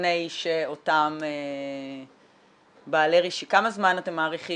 לפני שאותם בעלי --- כמה זמן אתם מעריכים